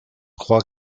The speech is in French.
croit